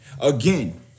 Again